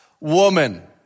woman